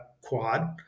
quad